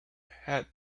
had